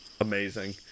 amazing